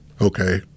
okay